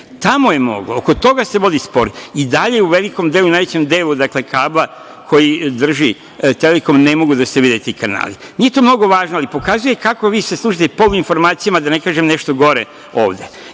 Tamo je moglo. Oko toga se vodi spor. I dalje u velikom delu, u najvećem delu kabla koji drži „Telekom“ ne mogu da se vide ti kanali. Nije to mnogo važno, ali pokazuje kako se vi služite poluinformacijama, da ne kažem nešto gore ovde. Samo